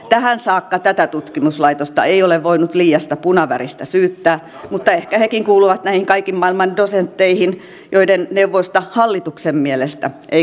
tähän saakka tätä tutkimuslaitosta ei ole voinut liiasta punaväristä syyttää mutta ehkä hekin kuuluvat näihin kaiken maailman dosentteihin joiden neuvoista hallituksen mielestä ei kannata välittää